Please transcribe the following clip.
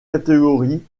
catégorie